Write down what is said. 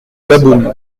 labeaume